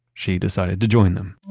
she decided to join them